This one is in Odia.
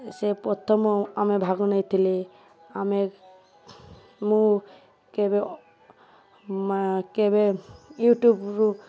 ସେ ପ୍ରଥମ ଆମେ ଭାଗ ନେଇଥିଲେ ଆମେ ମୁଁ କେବେ କେବେ ୟୁଟ୍ୟୁବରୁ